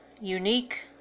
unique